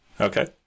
okay